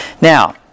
Now